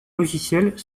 logicielles